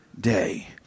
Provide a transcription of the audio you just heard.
day